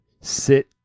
sit